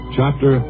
Chapter